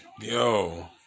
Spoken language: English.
Yo